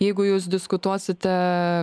jeigu jūs diskutuosite